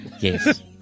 yes